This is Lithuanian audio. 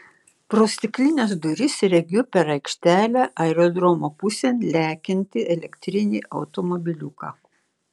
pro stiklines duris regiu per aikštelę aerodromo pusėn lekiantį elektrinį automobiliuką